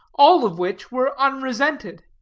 all of which were unresented.